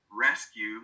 rescue